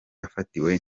yafatiwe